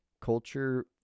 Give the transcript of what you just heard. Culture